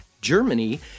Germany